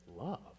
Love